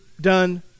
done